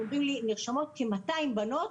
הם אמרו לי שנרשמות כ-200 בנות,